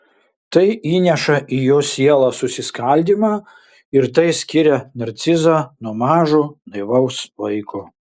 tai įneša į jo sielą susiskaldymą ir tai skiria narcizą nuo mažo naivaus vaiko